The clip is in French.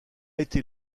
été